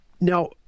Now